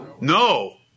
No